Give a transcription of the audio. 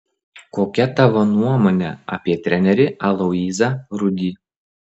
kokia tavo nuomonė apie trenerį aloyzą rudį